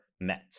met